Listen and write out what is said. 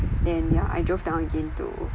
then ya I drove down again to